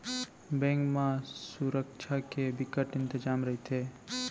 bank म सुरक्छा के बिकट इंतजाम रहिथे